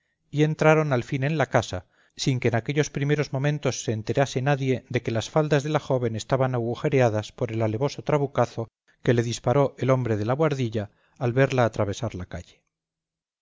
y entraron al fin en la casa sin que en aquellos primeros momentos se enterase nadie de que las faldas de la joven estaban agujereadas por el alevoso trabucazo que le disparó el hombre de la buhardilla al verla atravesar la calle